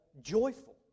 joyful